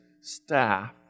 staff